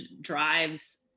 drives